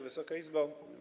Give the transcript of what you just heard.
Wysoka Izbo!